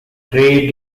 great